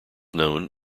known